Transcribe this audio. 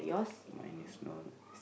mine is not